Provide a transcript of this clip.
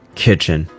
kitchen